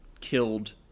killed